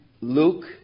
Luke